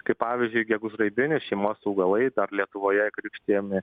kaip pavyzdžiui gegužraibinių šeimos augalai dar lietuvoje krikštijami